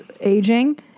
aging